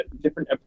different